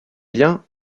liens